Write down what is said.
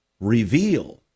reveal